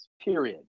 period